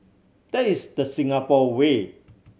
that is the Singapore way